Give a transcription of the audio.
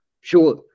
Sure